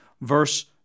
verse